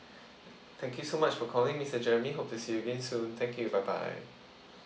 thank you so much for calling mister jeremy hope to see you again soon thank you bye bye